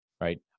right